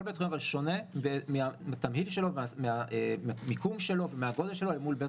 אבל כל בית חולים שונה בתמהיל שלו ובמיקום שלו ובגודל שלו אל מול בית